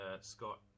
Scott